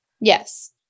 Yes